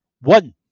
one